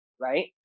right